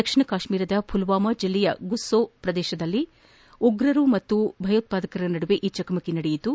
ದಕ್ಷಿಣ ಕಾಶ್ಮೀರದ ಪುಲ್ವಾಮಾ ಜಿಲ್ಲೆಯ ಗುಸೋ ಪ್ರದೇಶದಲ್ಲಿ ಉಗ್ರರು ಮತ್ತು ಭಯೋತ್ಪಾದಕರ ನದುವೆ ಈ ಚಕಮಕಿ ನಡೆಯಿತು